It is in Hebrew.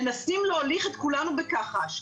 מנסים להוליך את כולנו בכחש.